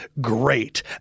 great